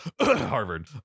Harvard